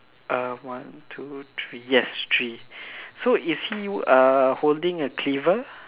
uh one two three yes three so is he uh holding a cleaver